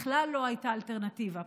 בכלל לא הייתה אלטרנטיבה,